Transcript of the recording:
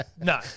no